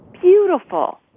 beautiful